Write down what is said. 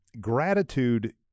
Gratitude